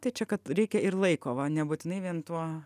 tai čia kad reikia ir laiko va nebūtinai vien tuo